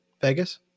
Vegas